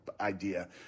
idea